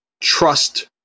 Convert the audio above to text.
Trust